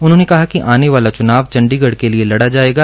उन्होंने कहा कि आने वाला चुनाव चण्डीगढ के लिए लड़ा जाएगा